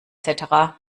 cetera